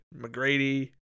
McGrady